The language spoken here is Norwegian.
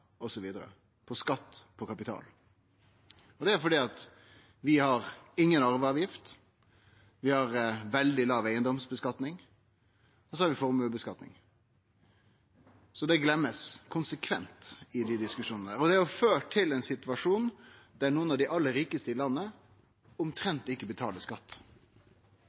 det gjeld skatt på kapital, er vi på nivået under land som Storbritannia, USA, osv. Det er fordi vi har inga arveavgift, vi har veldig låg skattlegging av eigedom, og så har vi skattlegging av formuar. Det blir konsekvent gløymt i desse diskusjonane. Dette har ført til ein situasjon der nokre av dei aller rikaste i landet omtrent ikkje betaler skatt.